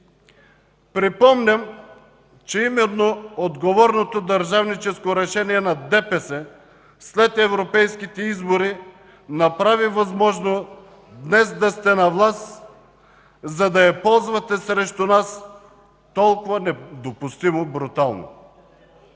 Припомням, че именно отговорното държавническо решение на ДПС след европейските избори направи възможно днес да сте на власт, за да я ползвате срещу нас толкова недопустимо брутално.